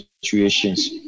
situations